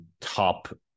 top